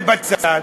זה בצד,